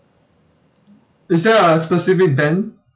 is there a specific band